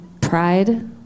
pride